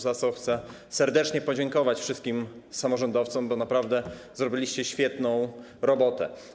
Za to chcę serdecznie podziękować wszystkim samorządowcom, bo naprawdę zrobili świetną robotę.